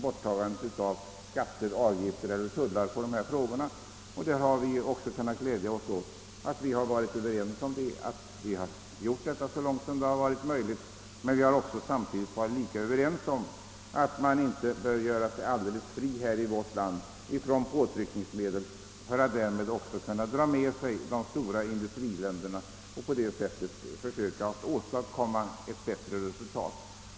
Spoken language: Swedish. Inom utskottet har vi kunnat glädja oss åt att enighet rått om att ta bort skatter, avgifter och tullar där det varit möjligt. Samtidigt har vi också varit lika överens om att man inte bör göra sig fri från påtryckningsmedel för att få de stora industriländerna med sig och på det sättet åstadkomma ett bättre resultat.